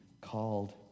called